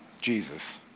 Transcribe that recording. Jesus